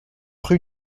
rue